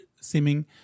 seeming